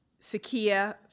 Sakia